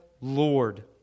Lord